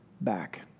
back